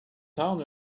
town